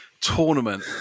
tournament